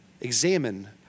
Examine